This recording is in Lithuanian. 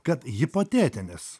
kad hipotetinis